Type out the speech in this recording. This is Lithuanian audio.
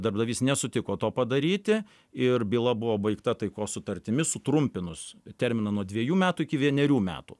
darbdavys nesutiko to padaryti ir byla buvo baigta taikos sutartimi sutrumpinus terminą nuo dviejų metų iki vienerių metų